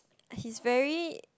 he's very